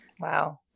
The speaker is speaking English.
Wow